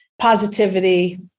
positivity